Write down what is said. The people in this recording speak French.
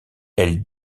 elle